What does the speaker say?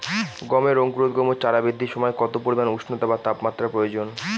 গমের অঙ্কুরোদগম ও চারা বৃদ্ধির সময় কত পরিমান উষ্ণতা বা তাপমাত্রা প্রয়োজন?